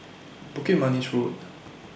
Bukit Manis Road